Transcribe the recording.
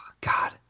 god